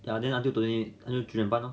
ya then until today until 九点半 lor